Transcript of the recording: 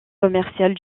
commerciales